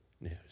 news